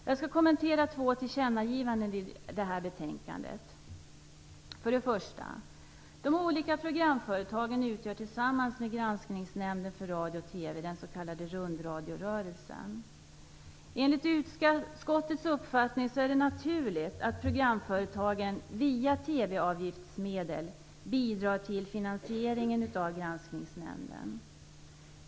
Jag skall kommentera två tillkännagivanden i detta betänkande. För det första: De olika programföretagen utgör tillsammans med Granskningsnämnden för radio och TV den s.k. rundradiorörelsen. Enligt utskottets uppfattning är det naturligt att programföretagen via TV-avgiftsmedel bidrar till finansieringen av Granskningsnämnden.